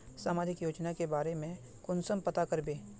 सामाजिक योजना के बारे में कुंसम पता करबे?